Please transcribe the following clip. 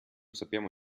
sappiamo